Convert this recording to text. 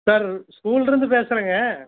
sir ஸ்கூலேருந்து பேசுறேங்க